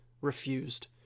refused